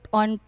on